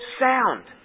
sound